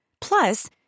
Plus